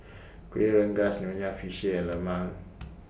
Kueh Rengas Nonya Fish Head and Lemang